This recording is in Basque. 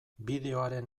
bideoaren